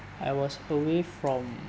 I was away from